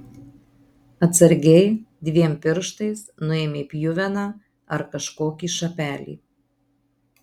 atsargiai dviem pirštais nuėmė pjuveną ar kažkokį šapelį